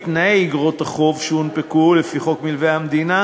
תנאי איגרות החוב שהונפקו לפי חוק מלווה המדינה,